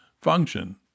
function